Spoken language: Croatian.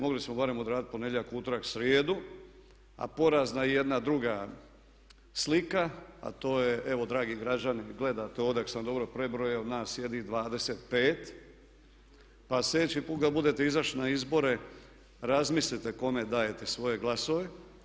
Mogli smo barem odraditi ponedjeljak, utorak i srijedu, a porazna je jedna druga slika, a to je evo dragi građani gledate ovdje ako sam dobro prebrojao nas sjedi 25 pa sljedeći put kad budete izašli na izbore razmislite kome dajete svoje glasove.